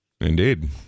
Indeed